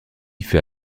fait